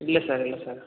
இல்லை சார் இல்லை சார்